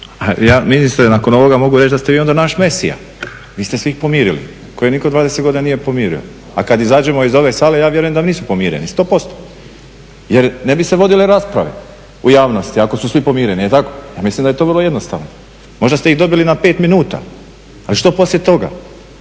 Ja ministre nakon ovoga mogu reći da ste vi onda naš mesija, vi ste svih pomirili koje nitko 20 godina nije pomirio, a kad izađemo iz ove sale ja vjerujem da nisu pomireni, 100%. Jer ne bi se vodile rasprave u javnosti ako su svi pomireni, jel tako, mislim da je to vrlo jednostavno. Možda ste ih dobili na 5 minuta, ali što poslije toga?